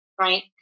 right